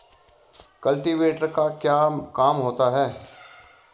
Cultivator का क्या काम होता है?